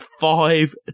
five